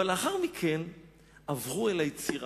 אבל לאחר מכן עברו אל היצירה.